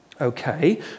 Okay